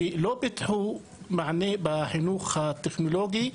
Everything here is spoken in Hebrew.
שלא פיתחו מענה בחינוך הטכנולוגי.